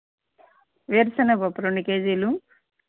వేరుశనగపప్పు రెండు కేజీలు